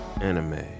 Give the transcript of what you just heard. anime